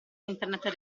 internet